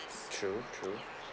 true true